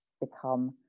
become